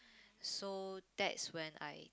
so that is when I